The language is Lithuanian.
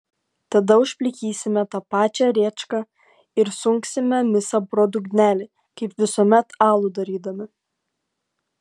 tada užplikysime tą pačią rėčką ir sunksime misą pro dugnelį kaip visuomet alų darydami